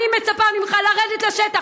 אני מצפה ממך לרדת לשטח.